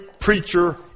preacher